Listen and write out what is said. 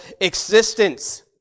existence